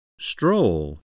Stroll